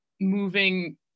moving